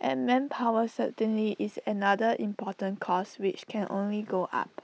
and manpower certainly is another important cost which can only go up